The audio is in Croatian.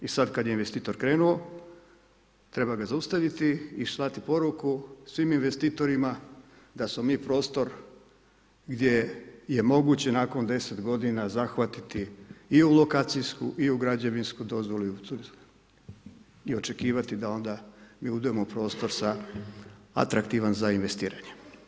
I sada kada je investitor krenuo treba ga zaustaviti i slati poruku svim investitorima da smo mi prostor gdje je moguće nakon deset godina zahvatiti i u lokacijsku i u građevinsku dozvolu i … i očekivati da onda … prostor za atraktivan za investiranje.